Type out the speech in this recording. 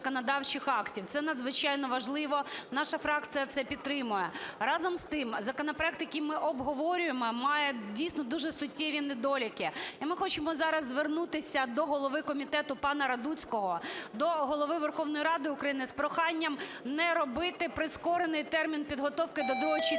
Це надзвичайно важливо, наша фракція це підтримує. Разом з тим, законопроект, який ми обговорюємо, має дійсно дуже суттєві недоліки. І ми хочемо зараз звернутися до голови комітету пана Радуцького, до Голови Верховної Ради України з проханням не робити прискорений термін підготовки до другого читання.